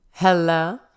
Hello